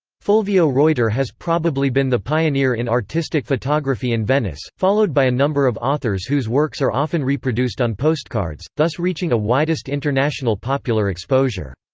fulvio roiter has probably been the pioneer in artistic photography in venice, followed by a number of authors whose works are often reproduced on postcards, thus reaching a widest international popular exposure.